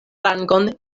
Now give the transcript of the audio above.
rangon